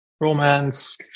romance